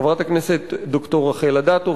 חברת הכנסת ד"ר רחל אדטו,